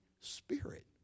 Spirit